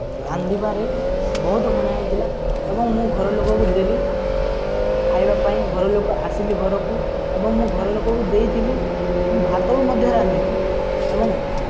ରାନ୍ଧିବାରେ ବହୁତ ଭଣିଆ ହୋଇଥିଲା ଏବଂ ମୁଁ ଘରଲୋକଙ୍କୁ ଦେଲି ଖାଇବା ପାଇଁ ଘରଲୋକ ଆସିଲେ ଘରକୁ ଏବଂ ମୁଁ ଘରଲୋକକୁ ଦେଇଥିଲି ମୁଁ ଭାତକୁ ମଧ୍ୟ ରାନ୍ଧିଥିଲି ଏବଂ